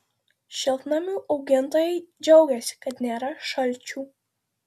šiltnamių augintojai džiaugiasi kad nėra šalčių